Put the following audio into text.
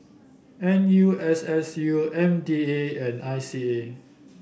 N U S S U M D A and I C A